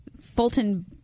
Fulton